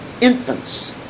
infants